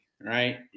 right